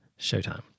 Showtime